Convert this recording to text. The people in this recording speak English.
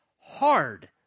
hard